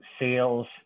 sales